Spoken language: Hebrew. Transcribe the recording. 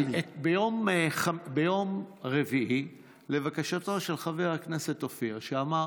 ביום רביעי, לבקשתו של חבר הכנסת אופיר, שאמר: